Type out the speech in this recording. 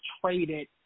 traded